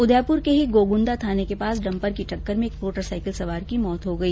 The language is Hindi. उदयपुर के ही गोगुन्दा थाने के पास डम्पर की टक्कर से एक मोटरसाईकिल सवार की मौत हो गई